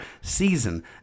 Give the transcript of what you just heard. season